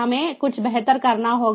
हमें कुछ बेहतर करना होगा